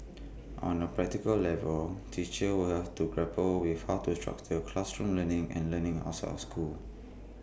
on A practical level teachers will have to grapple with how to structure classroom learning and learning outside of school